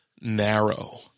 narrow